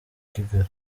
kigali